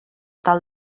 tal